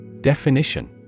Definition